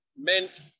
meant